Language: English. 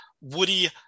woody